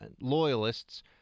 loyalists